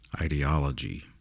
ideology